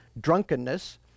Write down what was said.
drunkenness